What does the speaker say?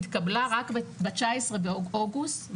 התקבלה רק ב- 19 באוגוסט 2021,